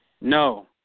No